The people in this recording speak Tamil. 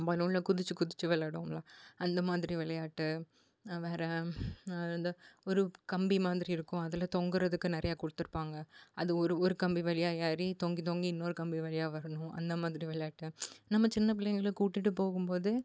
பலூன்ல குதித்து குதித்து விளையாடுவோம்ல அந்த மாதிரி விளையாட்டு வேற இந்த ஒரு கம்பி மாதிரி இருக்கும் அதில் தொங்குகிறதுக்கு நிறையா கொடுத்துருப்பாங்க அது ஒரு ஒரு கம்பி வழியாக ஏறி தொங்கி தொங்கி இன்னொரு கம்பி வழியாக வரணும் அந்த மாதிரி விளையாட்டு நம்ம சின்ன பிள்ளைங்களை கூட்டிட்டு போகும் போது